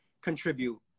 contribute